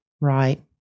Right